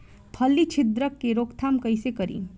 फली छिद्रक के रोकथाम कईसे करी?